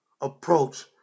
approach